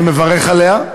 אני מברך עליה.